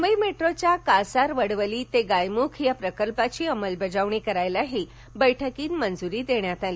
मुंबई मेट्रोच्या कासारवडवली ते गायमुख या प्रकल्पाची अंमलबजावणी करायलाही बैठकीत मंजुरी देण्यात आली